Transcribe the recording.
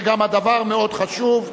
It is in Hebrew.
וגם הדבר מאוד חשוב,